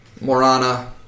Morana